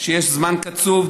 שיש זמן קצוב,